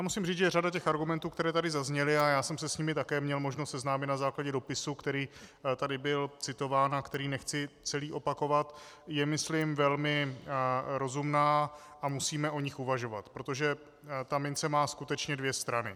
Musím říci, že řada těch argumentů, které tady zazněly, a já jsem se s nimi také měl možnost seznámit na základě dopisu, který tady byl citován a který nechci celý opakovat, je myslím velmi rozumná a musíme o nich uvažovat, protože ta mince má skutečně dvě strany.